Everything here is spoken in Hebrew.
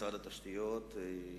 משרד התשתיות,